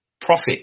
profit